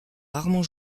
rarement